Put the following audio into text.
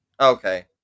Okay